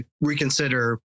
reconsider